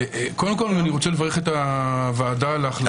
קודם כול, אני רוצה לברך את הוועדה על ההחלטה.